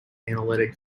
analytic